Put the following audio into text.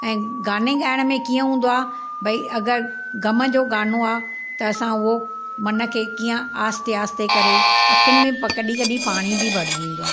ऐं गाने गाइण में कीअं हूंदो आहे भई अगरि गम जो गानो आहे त असां उहो मन खे कीअं आहिस्ते आहिस्ते करे अखियुनि में कॾहिं कॾहिं पाणी बि भरिजी वेंदो आहे